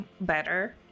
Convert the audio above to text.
better